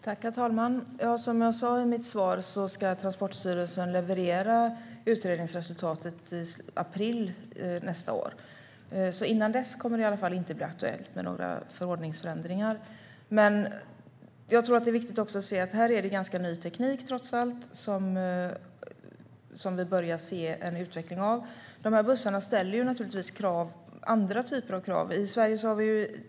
Herr talman! Som jag sa i mitt svar ska Transportstyrelsen leverera utredningsresultatet i april nästa år. Innan dess kommer det inte att bli aktuellt med några förordningsförändringar. Detta är trots allt ganska ny teknik som vi börjar se en utveckling av. De här bussarna ställer naturligtvis andra typer av krav.